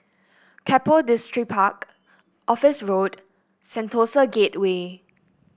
Keppel Distripark Office Road Sentosa Gateway